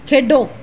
ਖੇਡੋ